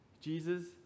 Jesus